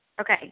Okay